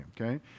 okay